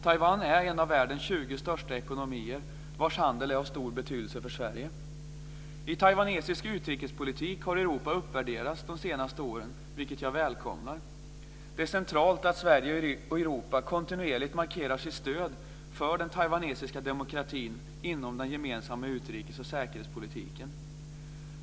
Taiwan är en av världens 20 största ekonomier, vars handel är av stor betydelse för I taiwanesisk utrikespolitik har Europa uppvärderats de senaste åren, vilket jag välkomnar. Det är centralt att Sverige och Europa kontinuerligt markerar sitt stöd för den taiwanesiska demokratin inom den gemensamma utrikes och säkerhetspolitiken.